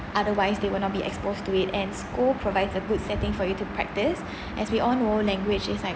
otherwise they will not be exposed to it and school provides a good setting for you to practise as we all know language is like